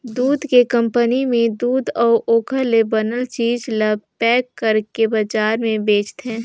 दूद के कंपनी में दूद अउ ओखर ले बनल चीज ल पेक कइरके बजार में बेचथे